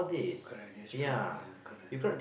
correct that's true ya correct